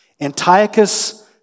Antiochus